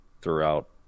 throughout